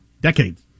decades